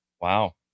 Wow